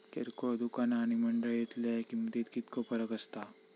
किरकोळ दुकाना आणि मंडळीतल्या किमतीत कितको फरक असता?